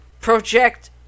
project